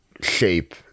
shape